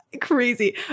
Crazy